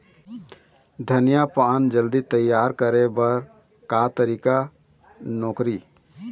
धनिया पान जल्दी तियार करे बर का तरीका नोकरी?